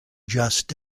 just